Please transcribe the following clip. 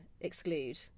exclude